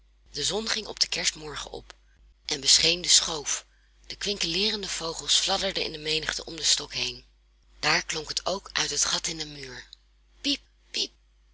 de zon ging op den kerstmorgen op en bescheen de schoof de kwinkeleerende vogels fladderden in menigte om den stok heen daar klonk het ook uit het gat in den muur piep piep